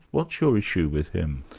what's your issue with him?